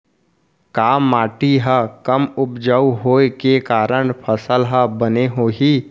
का माटी हा कम उपजाऊ होये के कारण फसल हा बने होही?